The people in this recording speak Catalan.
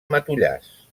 matollars